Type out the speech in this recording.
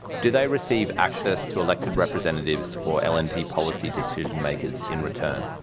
do they receive access to elected representatives or lnp policy decision makers in return?